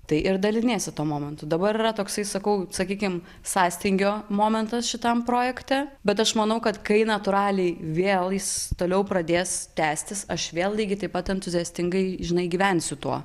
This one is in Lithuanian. tai ir daliniesi tuo momentu dabar yra toksai sakau sakykim sąstingio momentas šitam projekte bet aš manau kad kai natūraliai vėl jis toliau pradės tęstis aš vėl lygiai taip pat entuziastingai žinai gyvensiu tuo